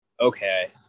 Okay